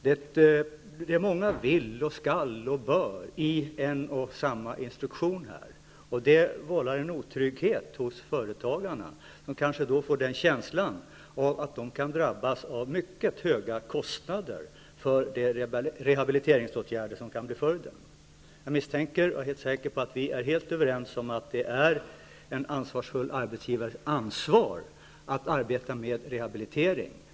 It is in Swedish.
Det är många ”vill”, ”skall” och ”bör” i en och samma instruktion. Det leder till en otrygghet hos företagarna, som kanske får känslan att de kan drabbas av mycket höga kostnader för de rehabiliteringsåtgärder som kan bli följden. Jag är säker på att vi är helt överens om att det är en ansvarsfull arbetsgivares ansvar att arbeta med rehabilitering.